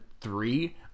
three